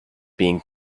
being